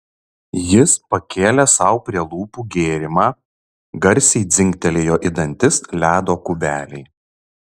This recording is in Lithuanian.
jis pakėlė sau prie lūpų gėrimą garsiai dzingtelėjo į dantis ledo kubeliai